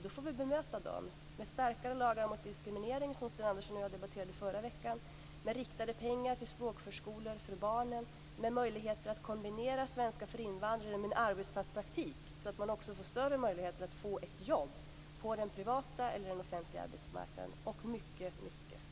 Då får vi bemöta dem med starkare lagar mot diskriminering, som Sten Andersson och jag debatterade förra veckan, med riktade pengar till språkförskolor för barnen och med möjligheter att kombinera svenska för invandrare med en arbetsplatspraktik, så att invandrare också får större möjligheter att få ett jobb på den privata eller den offentliga arbetsmarknaden, och mycket mera.